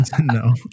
No